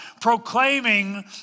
proclaiming